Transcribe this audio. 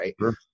Right